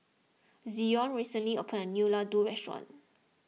Zion recently opened a new Ladoo restaurant